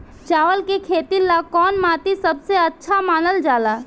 चावल के खेती ला कौन माटी सबसे अच्छा मानल जला?